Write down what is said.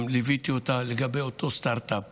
גם ליוויתי אותה לגבי אותו סטרטאפ